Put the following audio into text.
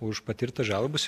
už patirtą žalą bus